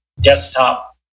desktop